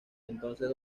entonces